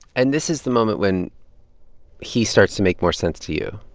and this is the moment when he starts to make more sense to you